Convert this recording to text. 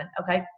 Okay